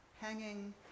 hanging